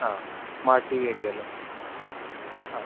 ആ smart T V ഒക്കെ അല്ലെ ആ